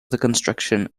construction